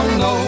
no